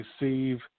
receive